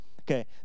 Okay